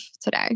today